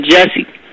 Jesse